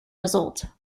result